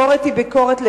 יש גם ביקורת, מה לעשות.